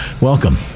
welcome